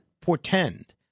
portend